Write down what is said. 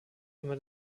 immer